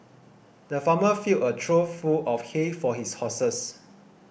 the farmer filled a trough full of hay for his horses